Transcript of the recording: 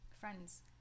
Friends